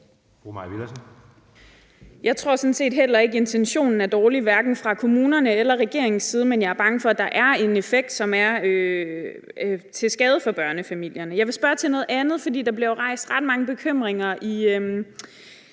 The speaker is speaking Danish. Jeg tror sådan set heller ikke, at intentionen er dårlig, hverken fra kommunernes eller regeringens side, men jeg er bange for, at der er en effekt, som er til skade for børnefamilierne. Jeg vil spørge til noget andet, for der bliver jo rejst ret mange bekymringer i